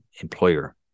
employer